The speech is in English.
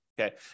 okay